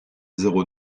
zéro